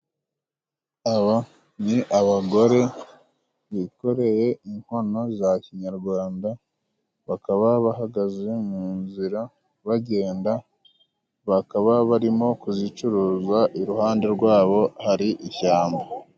Aba ni abagore bikoreye inkono za kinyarwanda, bakaba bahagaze mu nzira bagenda, bakaba barimo kuzicuruza, iruhande rwabo hari ishyamba.